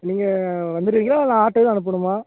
நீங்கள் வந்துடுவீங்களா இல்லை ஆட்டோ எதுவும் அனுப்பணுமா